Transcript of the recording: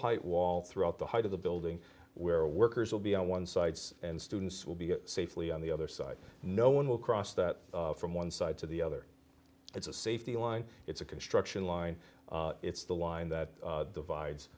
height wall throughout the height of the building where workers will be on one side and students will be safely on the other side no one will cross that from one side to the other it's a safety line it's a construction line it's the line that divides